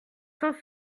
temps